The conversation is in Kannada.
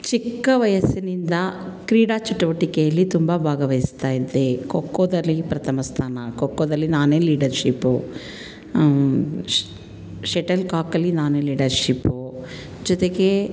ಚಿಕ್ಕ ವಯಸ್ಸಿನಿಂದ ಕ್ರೀಡಾ ಚಟುವಟಿಕೆಯಲ್ಲಿ ತುಂಬ ಭಾಗವಹಿಸ್ತಾಯಿದ್ದೆ ಖೋಖೋದಲ್ಲಿ ಪ್ರಥಮ ಸ್ಥಾನ ಖೋಖೋದಲ್ಲಿ ನಾನೇ ಲೀಡರ್ಶಿಪ್ಪು ಶಟಲ್ ಕಾಕಲ್ಲಿ ನಾನೇ ಲೀಡರ್ಶಿಪ್ಪು ಜೊತೆಗೆ